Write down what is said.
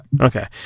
Okay